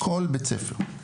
כל בית ספר.